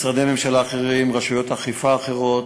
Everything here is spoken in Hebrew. משרדי ממשלה אחרים, רשויות אכיפה אחרות,